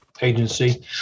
agency